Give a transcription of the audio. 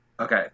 Okay